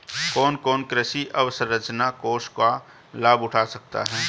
कौन कौन कृषि अवसरंचना कोष का लाभ उठा सकता है?